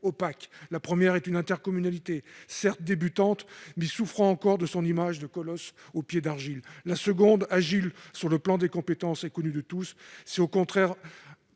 opaque : la première est une intercommunalité, certes débutante, mais souffrant encore de son image de colosse aux pieds d'argile ; la seconde, agile sur le plan des compétences et connue de tous, s'est au contraire